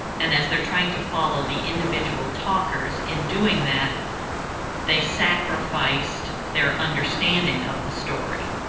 and as they're trying to follow the individual talkers, in doing that they sacrificed their understanding of the story.